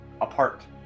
apart